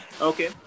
Okay